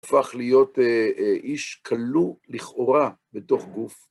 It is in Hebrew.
הופך להיות איש כלוא, לכאורה, בתוך גוף.